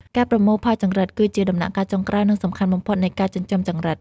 ការប្រមូលផលចង្រិត គឺជាដំណាក់កាលចុងក្រោយ និងសំខាន់បំផុតនៃការចិញ្ចឹមចង្រិត។